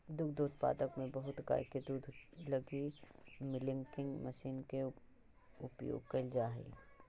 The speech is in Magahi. दुग्ध उत्पादन में बहुत गाय के दूध दूहे लगी मिल्किंग मशीन के उपयोग कैल जा हई